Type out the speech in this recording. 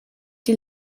die